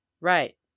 right